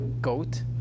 goat